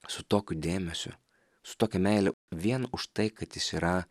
su tokiu dėmesiu su tokia meile vien už tai kad jis yra